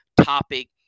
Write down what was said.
topic